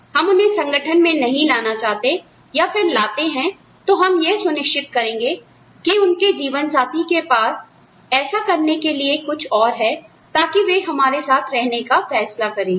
हो सकता है हम उन्हें संगठन में नहीं लाना चाहते या फिर लाते हैं तो हम यह सुनिश्चित करेंगे कि उनके जीवन साथी के पास ऐसा करने के लिए कुछ और है ताकि वे हमारे साथ रहने का फैसला करें